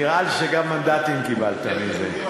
נראה לי שגם מנדטים קיבלת מזה.